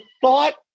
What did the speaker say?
thought